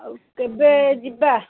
ଆଉ କେବେ ଯିବା